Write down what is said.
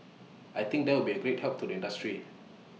I think that will be A great help to the industry